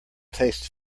tastes